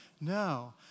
No